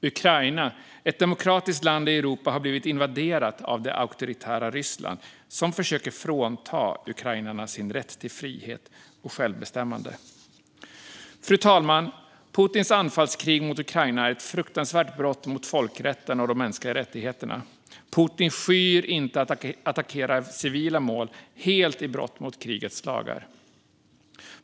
Ukraina, ett demokratiskt land i Europa, har blivit invaderat av det auktoritära Ryssland som försöker frånta ukrainarna deras rätt till frihet och självbestämmande. Fru talman! Putins anfallskrig mot Ukraina är ett fruktansvärt brott mot folkrätten och de mänskliga rättigheterna. Putin skyr inte attacker mot civila mål helt i strid med krigets lagar.